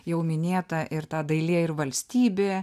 jau minėta ir ta dailė ir valstybė